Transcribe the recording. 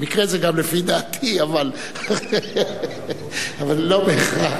במקרה זה גם לפי דעתי, אבל לא בהכרח.